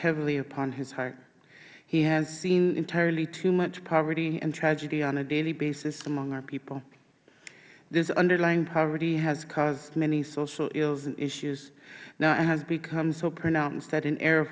heavily upon his heart he has seen entirely too much poverty and tragedy on a daily basis among our people this underlying poverty has caused many social ills and issues now it has become so pronounced that an a